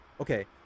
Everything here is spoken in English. okay